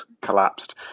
collapsed